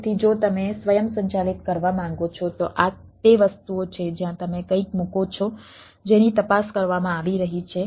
તેથી જો તમે સ્વયંસંચાલિત કરવા માંગો છો તો આ તે વસ્તુઓ છે જ્યાં તમે કંઈક મૂકો છો જેની તપાસ કરવામાં આવી રહી છે